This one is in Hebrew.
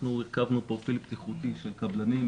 אנחנו הרכבנו פרופיל בטיחותי של קבלנים,